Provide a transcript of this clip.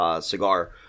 cigar